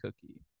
cookie